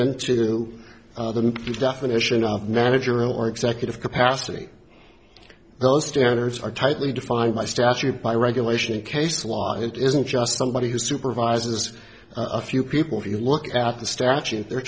into the definition of manager or executive capacity those standards are tightly defined by statute by regulation case law it isn't just somebody who supervises a few people if you look at the statute they're